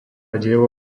dielo